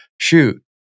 shoot